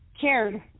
cared